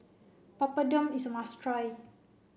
Papadum is a must try